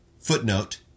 footnote